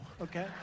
okay